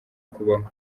kubaho